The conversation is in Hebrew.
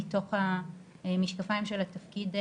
מתוך המשקפיים של התפקיד,